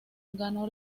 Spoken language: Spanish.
ganó